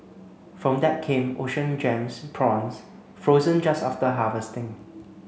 from that came Ocean Gems prawns frozen just after harvesting